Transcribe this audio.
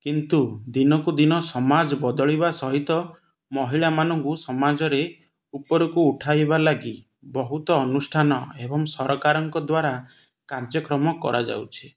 କିନ୍ତୁ ଦିନକୁ ଦିନ ସମାଜ ବଦଳିବା ସହିତ ମହିଳାମାନଙ୍କୁ ସମାଜରେ ଉପରକୁ ଉଠାଇବା ଲାଗି ବହୁତ ଅନୁଷ୍ଠାନ ଏବଂ ସରକାରଙ୍କ ଦ୍ୱାରା କାର୍ଯ୍ୟକ୍ରମ କରାଯାଉଛି